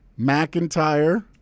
McIntyre